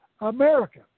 America